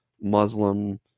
Muslim